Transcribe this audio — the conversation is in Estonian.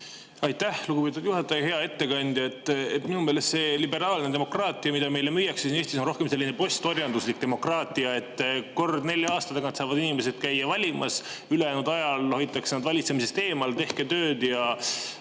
Aitäh, lugupeetud juhataja! Hea ettekandja! Minu meelest see liberaalne demokraatia, mida meile siin Eestis müüakse, on rohkem selline postorjanduslik demokraatia. Kord nelja aasta tagant saavad inimesed käia valimas, ülejäänud aja hoitakse nad valitsemisest eemal: tehke tööd ja